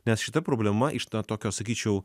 nes šita problema iš na tokio sakyčiau